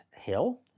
Hill